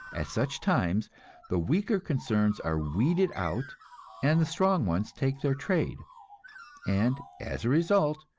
at such times the weaker concerns are weeded out and the strong ones take their trade and as a result,